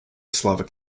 slavic